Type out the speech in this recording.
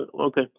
okay